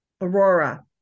Aurora